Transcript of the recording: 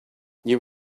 you